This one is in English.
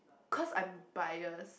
cause I'm biased